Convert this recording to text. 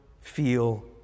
feel